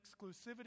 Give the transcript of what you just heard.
exclusivity